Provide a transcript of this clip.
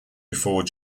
before